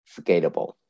scalable